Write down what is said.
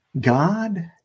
God